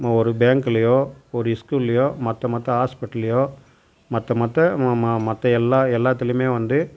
ஒரு பேங்க்லையோ ஒரு ஸ்கூல்லையோ மற்ற மற்ற ஹாஸ்பிட்டல்லையோ மற்ற மற்ற ம ம மற்ற எல்லா எல்லாத்துலையுமே வந்து